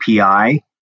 API